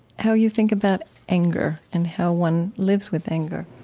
how you think about anger and how one lives with anger.